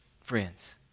friends